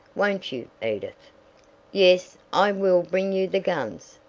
won't you, edith? yes, i will bring you the guns,